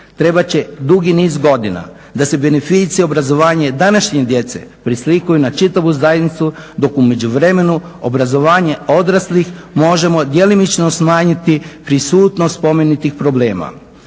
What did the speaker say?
trebat će dugi niz godina da se beneficije obrazovanja današnje djece preslikaju na čitavu zajednicu dok u međuvremenu obrazovanjem odraslih možemo djelomično smanjiti prisutnost spomenutih problema.